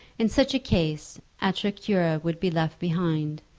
in such a case atra cura would be left behind,